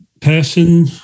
person